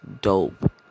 dope